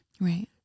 Right